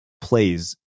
plays